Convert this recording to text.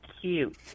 cute